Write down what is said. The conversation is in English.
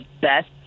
best